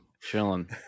chilling